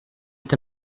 est